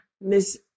Miss